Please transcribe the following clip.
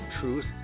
Truth